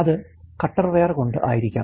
അത് cutter wear കൊണ്ട് ആയിരിക്കാം